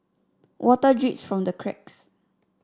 water drips from the cracks